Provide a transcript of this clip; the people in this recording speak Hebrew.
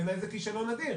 בעיניי, זה כישלון אדיר.